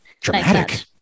Dramatic